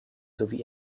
sowie